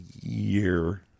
year